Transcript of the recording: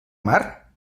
mar